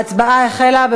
ההצבעה החלה.